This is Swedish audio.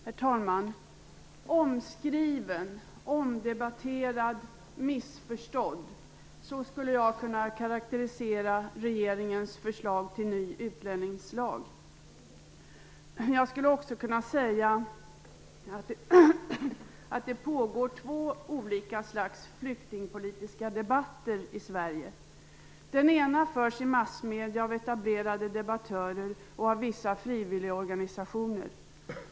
Herr talman! Omskriven - omdebatterad - missförstådd; så skulle jag kunna karakterisera regeringens förslag till ny utlänningslag. Jag skulle också kunna säga att det pågår två olika slags flyktingpolitiska debatter i Sverige. Den ena förs i massmedierna av etablerade debattörer och av vissa frivilligorganisationer.